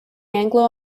anglo